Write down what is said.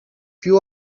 più